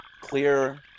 clear